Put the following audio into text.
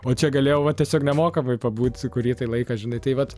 o čia galėjau va tiesiog nemokamai pabūt kurį tai laiką žinai tai vat